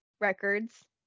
Records